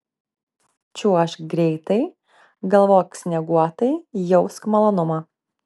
čiuožk greitai galvok snieguotai jausk malonumą